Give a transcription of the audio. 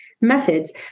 methods